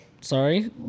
sorry